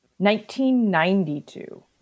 1992